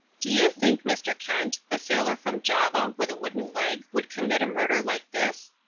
do you think, mr. kent, a sailor from java with a wooden leg would commit a murder like this?